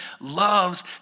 loves